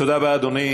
תודה רבה, אדוני.